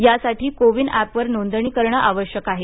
यासाठी कोविन ऍपवर नोंदणी करण आवश्यक आहे